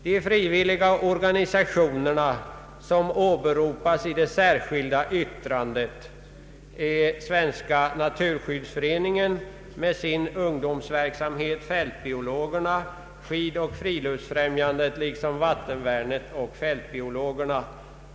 De frivilliga organisationer som åberopas i det särskilda yttrandet är Svenska naturskyddsföreningen, med dess ungdomsverksamhet Fältbiologerna, Skidoch friluftsfrämjandet och Vattenvärnet.